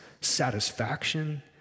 satisfaction